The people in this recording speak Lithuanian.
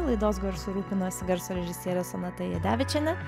laidos garsu rūpinosi garso režisierė sonata jadevičienė